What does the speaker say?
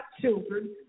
children